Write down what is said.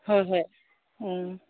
ꯍꯣꯏ ꯍꯣꯏ ꯎꯝ